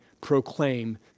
proclaim